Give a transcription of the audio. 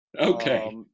Okay